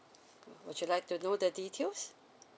would you like to know the details